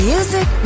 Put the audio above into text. Music